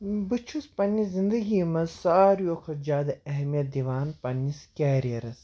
بہٕ چھُس پَنٕنہِ زِنٛدگی منٛز ساروٕیو کھۄتہٕ زیادٕ اہمیت دِوان پَنٕنِس کیریرَس